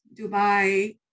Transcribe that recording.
Dubai